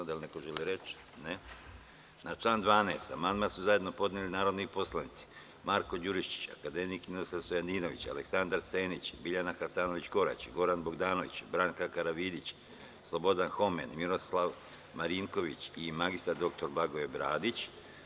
Da li neko želi reč? (Ne.) Na član 12. amandman su zajedno podneli narodni poslanici Marko Đurišić, akademik Ninoslav Stojadinović, Aleksandar Senić, Biljana Hasanović Korać, Goran Bogdanović, Branka Karavidić, Slobodan Homen, Miroslav Marinković i mr dr Blagoje Bradić.